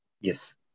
Yes